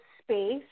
space